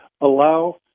allow